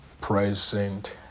present